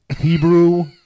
Hebrew